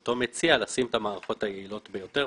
אותו מציע לשים את המערכות היעילות ביותר.